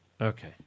Okay